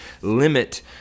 limit